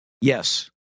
Yes